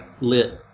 lit